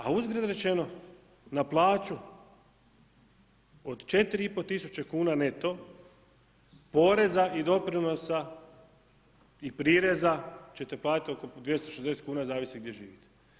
A uzgred rečeno, na plaću od 4,5 tisuće kuna neto poreza i doprinosa i prireza ćete platiti oko 260 kuna zavisi gdje živite.